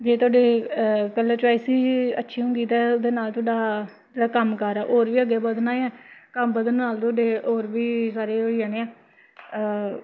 जे तोआडी colour choice ही अच्छी होगी ते ओह्दे नाल तोआडा जेह्ड़ा कम्मकार ऐ होर बी अग्गें बधना ऐ कम्म बधने नाल तोआडे होर बी सारे होई जाने ऐ